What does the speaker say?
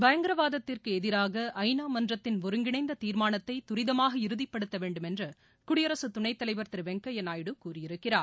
பயங்கரவாதத்திற்கு எதிராக ஐநா மன்றத்தின் ஒருங்கிணைந்த தீர்மானத்தை தரிதமாக இறுதிப்படுத்த வேண்டும் என்று குடியரசு துணைத்தலைவர் திரு வெங்கையா நாயுடு கூறியிருக்கிறார்